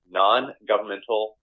non-governmental